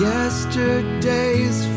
Yesterday's